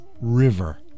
river